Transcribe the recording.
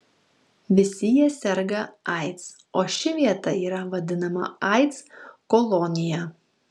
visi jie serga aids o ši vieta yra vadinama aids kolonija